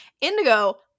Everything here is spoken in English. indigo